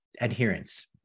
adherence